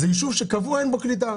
זה יישוב שקבוע אין בו קליטה.